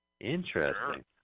Interesting